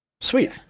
Sweet